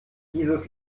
dieses